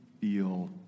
feel